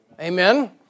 Amen